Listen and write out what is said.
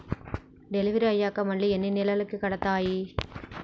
Delivery అయ్యాక మళ్ళీ ఎన్ని నెలలకి కడుతాయి?